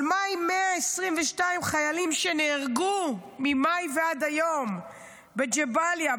אבל מה עם 122 חיילים שנהרגו ממאי ועד היום בג'באליה,